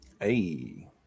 Hey